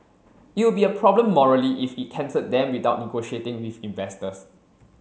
it would be a problem morally if it cancelled them without negotiating with investors